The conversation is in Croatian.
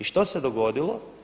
I što se dogodilo?